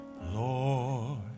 Lord